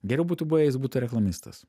geriau būtų buvę jei jis butų reklamistas